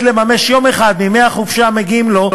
לממש יום אחד מימי החופשה המגיעים לו,